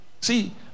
See